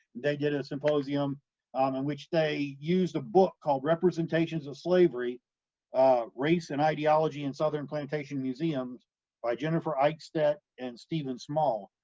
they did a symposium um in which they used a book called, representations of slavery race and ideology in southern plantation museums by jennifer eichstedt and stephen small,